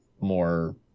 more